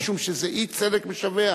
משום שזה אי-צדק משווע,